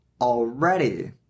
already